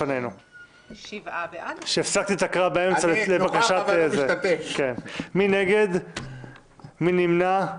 הצבעה בעד, רוב נגד, מיעוט נמנעים,